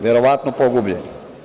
Verovatno pogubljene.